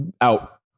out